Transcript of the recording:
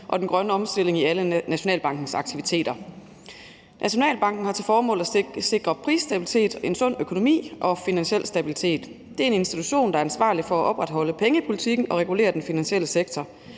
og den grønne omstilling i alle Nationalbankens aktiviteter. Nationalbanken har til formål at sikre prisstabilitet, en sund økonomi og finansiel stabilitet. Det er en institution, der er ansvarlig for at opretholde pengepolitikken og regulere den finansielle sektor,